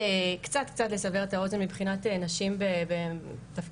קצת לסבר את האוזן מבחינת נשים בתפקידים,